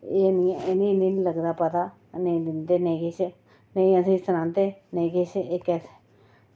एह् नेह् ई निं लगदा पता नेईं दिंदे नेईं किश नेईं असेंगी सनांदे ते नेईं किश ते